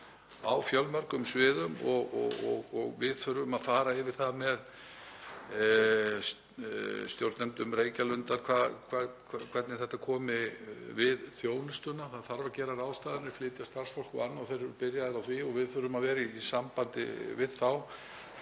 á fjölmörgum sviðum og við þurfum að fara yfir það með stjórnendum Reykjalundar hvernig þetta komi við þjónustuna. Það þarf að gera ráðstafanir, flytja starfsfólk og þeir eru byrjaðir á því og við þurfum að vera í sambandi við þá.